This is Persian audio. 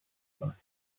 کنم